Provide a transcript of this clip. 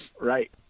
right